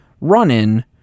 run-in